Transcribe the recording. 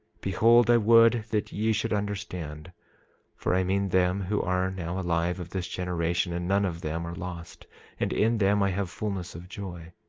behold, i would that ye should understand for i mean them who are now alive of this generation and none of them are lost and in them i have fulness of joy.